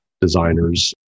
designers